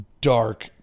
dark